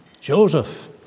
Joseph